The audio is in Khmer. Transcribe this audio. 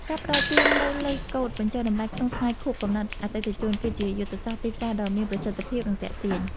ការផ្ដល់ជូននូវលេខកូដបញ្ចុះតម្លៃក្នុងថ្ងៃខួបកំណើតអតិថិជន គឺជាយុទ្ធសាស្ត្រទីផ្សារដ៏មានប្រសិទ្ធភាព និងទាក់ទាញ។